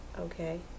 Okay